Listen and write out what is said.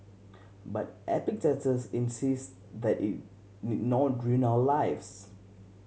but Epictetus insists that it need not ruin our lives